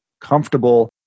comfortable